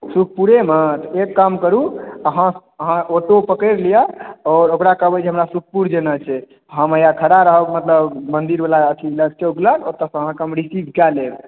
सुखपुरेमे तऽ एक काम करु अहाँ अहाँ ऑटो पकड़ि लिअ आओर ओकरा कहबै जे हमरा सुखपुर जेनाइ छै हम यहाँ खड़ा रहब मतलब मंदिर वाला अथी लग मतलब चौक लग अहाँकेॅं हम रिसीव कए लेब